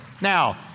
Now